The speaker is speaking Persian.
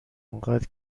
انقدر